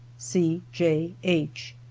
c. j. h.